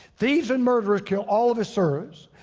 thieves and murderers kill all of his serves.